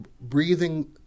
breathing